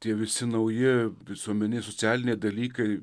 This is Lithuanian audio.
tie visi nauji visuomeniniai socialiniai dalykai